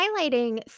highlighting